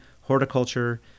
horticulture